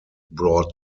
brought